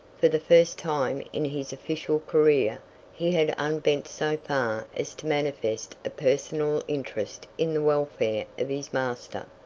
for the first time in his official career he had unbent so far as to manifest a personal interest in the welfare of his master.